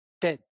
dead